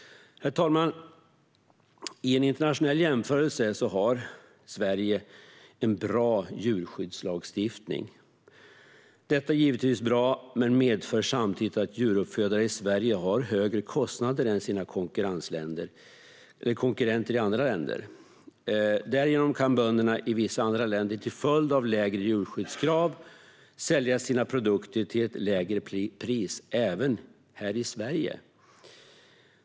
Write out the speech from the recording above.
Herr talman! I en internationell jämförelse har Sverige en bra djurskyddslagstiftning. Detta är givetvis bra men medför samtidigt att djuruppfödare i Sverige har högre kostnader än konkurrenter i andra länder. Bönder i vissa länder kan till följd av lägre djurskyddskrav sälja sina produkter till ett lägre pris även här i Sverige.